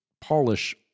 polish